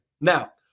Now